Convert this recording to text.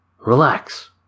relax